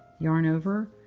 yarn over,